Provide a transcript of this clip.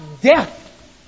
death